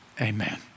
amen